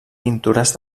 pintures